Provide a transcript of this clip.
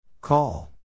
Call